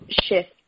shift